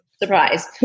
Surprise